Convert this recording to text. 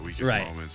right